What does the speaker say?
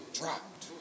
dropped